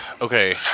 Okay